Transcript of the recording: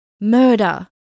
MURDER